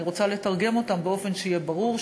אני רוצה לתרגם אותם באופן שיהיה ברור,